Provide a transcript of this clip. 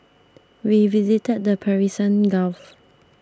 we visited the Persian Gulf